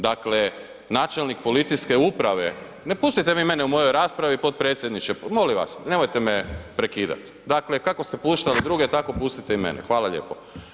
Dale, načelnik policijske uprave, …… [[Upadica sa strane, ne razumije se.]] Pustite vi mene u mojoj raspravi, potpredsjedniče, molim vas, nemojte me prekidat, dakle kako ste puštali druge, tako pustite i mene, hvala lijepo.